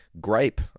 gripe